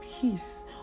peace